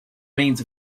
means